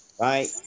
Right